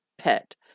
pet